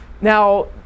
Now